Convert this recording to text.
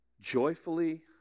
joyfully